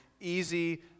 easy